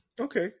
Okay